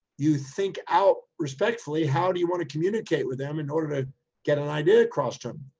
you think out respectfully, how do you want to communicate with them in order to get an idea across to them.